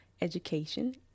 Education